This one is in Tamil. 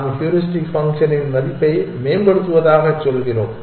நாம் ஹூரிஸ்டிக் ஃபங்க்ஷனின் மதிப்பை மேம்படுத்துவதாக சொல்கிறோம்